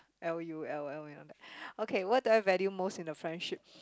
L U L L and all that okay what do I value most in a friendship